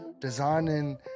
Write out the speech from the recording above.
Designing